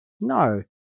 No